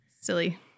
Silly